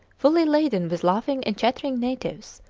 fully laden with laughing and chattering natives,